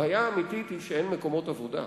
הבעיה האמיתית היא שאין מקומות עבודה,